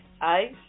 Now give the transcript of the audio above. ice